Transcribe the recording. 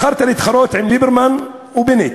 בחרת להתחרות עם ליברמן ובנט,